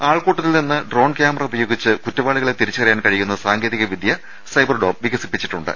ആൾക്കൂട്ടത്തിൽ നിന്ന് drone camera ഉപയോഗിച്ച് കുറ്റവാളികളെ തിരിച്ചറിയാൻ കഴി യുന്ന സാങ്കേതിക വിദ്യ സൈബർഡോം വികസിപ്പിച്ചി ട്ടുണ്ട്